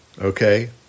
Okay